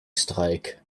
strike